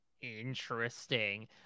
interesting